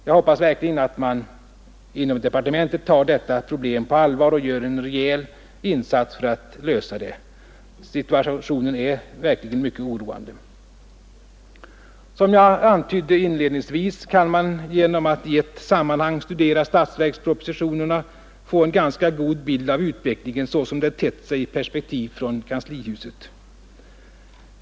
Jag hoppas verkligen att man inom departementet tar detta problem på allvar och gör en rejäl insats för att lösa det. Situationen är mycket oroande. Som jag antydde inledningsvis kan man genom att i ett sammanhang studera statsverkspropositionerna få en ganska god bild av utvecklingen så som den tett sig i perspektiv från kanslihuset.